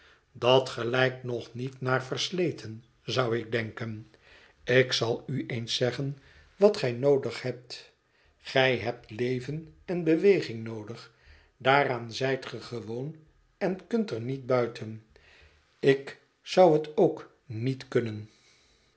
dat gelijkt nog niet naar versleten zou ik denken ik zal u eens zeggen wat gij noodig hebt gij hebt leven en beweging noodig daaraan zijt ge gewoon en kunt er niet buiten ik zou het ook niet kunnen